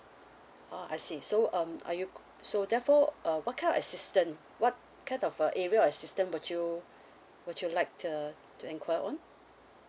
ah I see so um are you so therefore err what kind of assistance what kind of uh area of assistance would you would you like to uh to enquire on